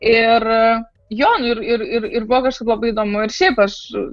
ir jo nu ir ir ir buvo kažkaip labai įdomu ir šiaip aš